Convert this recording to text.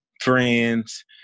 friends